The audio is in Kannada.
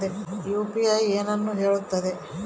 ಯು.ಪಿ.ಐ ಏನನ್ನು ಹೇಳುತ್ತದೆ?